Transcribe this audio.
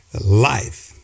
life